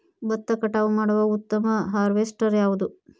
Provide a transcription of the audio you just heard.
ಭತ್ತ ಕಟಾವು ಮಾಡುವ ಉತ್ತಮ ಹಾರ್ವೇಸ್ಟರ್ ಯಾವುದು?